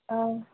অঁ